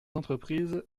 entreprises